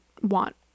want